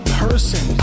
person